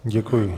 Děkuji.